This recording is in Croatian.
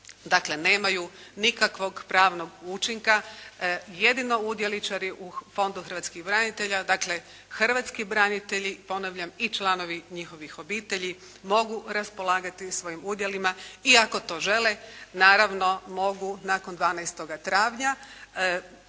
nemaju nikakvog pravnog učinka. Jedino udjeličari u Fondu hrvatskih branitelja, dakle hrvatski branitelji ponavljam i članovi njihovih obitelji mogu raspolagati svojim udjelima i ako to žele naravno mogu nakon 12. travnja